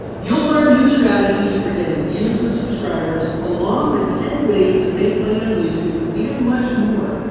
you'll learn new strategies for getting views and subscribers, along with ten ways to make money on youtube, and much more.